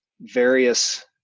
various